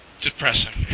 depressing